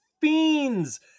Fiends